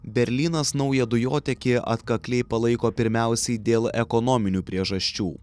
berlynas naują dujotiekį atkakliai palaiko pirmiausiai dėl ekonominių priežasčių